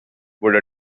would